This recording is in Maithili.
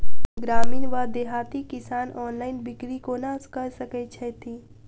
ग्रामीण वा देहाती किसान ऑनलाइन बिक्री कोना कऽ सकै छैथि?